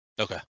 Okay